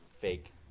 fake